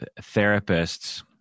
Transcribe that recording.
therapists